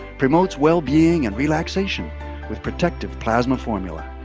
promotes well-being and relaxation with protective plasma formula.